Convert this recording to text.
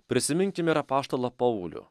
prisiminkim ir apaštalą paulių